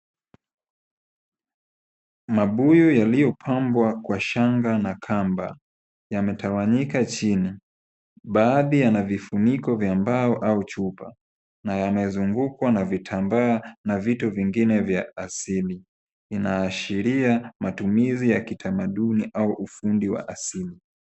Mabuyu yaliyopambwa kwa shanga na kamba yametawanyika chini. Baadhi yanavufuniko vya mbao au chupa na yamezungukwa na vitambaa na vitu vingine vya asili. Inaashiria matumizi ya kitamaduni au ufundi wa asili.